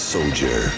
Soldier